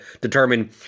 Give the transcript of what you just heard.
determine